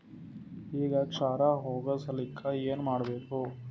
ಈ ಕ್ಷಾರ ಹೋಗಸಲಿಕ್ಕ ಏನ ಮಾಡಬೇಕು?